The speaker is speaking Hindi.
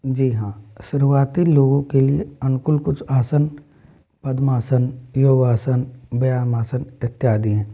जी हाँ शुरुआती लोगों के लिए अनुकूल कुछ आसन पद्मासन योगासन व्यायाम आसन इत्यादि हैं